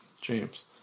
James